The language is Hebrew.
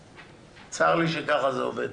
צר לי שכך זה עובד.